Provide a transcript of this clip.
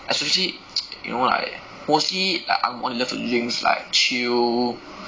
especially you know like mostly like ang moh just want to drinks like chill